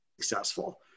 successful